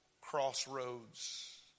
crossroads